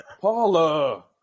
Paula